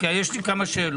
יש לי כמה שאלות.